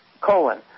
colon